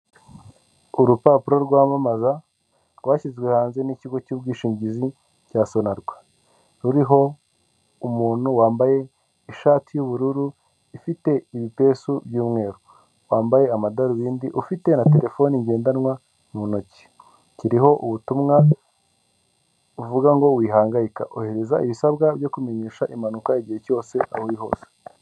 Urupapuro rwamamaza, rwashyizwe hanze n'ikigo cy'ubwishingizi cya sonarwa, ruriho umuntu wambaye ishati y'ubururu, ifite ibipesu by'umweru, wambaye amadarubindi, ufite na terefone ngendanwa mu ntoki, kiriho ubutumwa uvuga ngo "wihangayika, ohereza ibisabwa byo kumenyesha impanuka igihe cyose, aho uri hose".